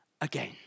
again